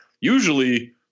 usually